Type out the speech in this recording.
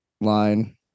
line